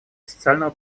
социального